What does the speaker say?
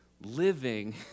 living